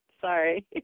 Sorry